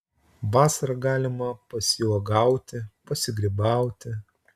vasarą galima pasiuogauti pasigrybauti